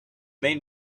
made